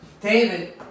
David